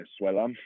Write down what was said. Venezuela